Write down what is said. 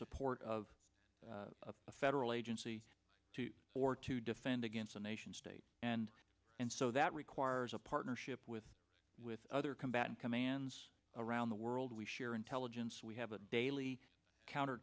support of a federal agency or to defend against a nation state and and so that requires a partnership with with other combatant commands around the world we share intelligence we have a daily counter